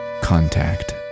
...contact